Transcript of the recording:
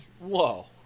Whoa